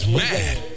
mad